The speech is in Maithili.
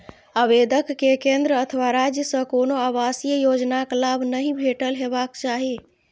आवेदक कें केंद्र अथवा राज्य सं कोनो आवासीय योजनाक लाभ नहि भेटल हेबाक चाही